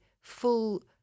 full